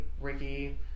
Ricky